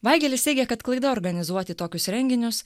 vaigelis teigia kad klaida organizuoti tokius renginius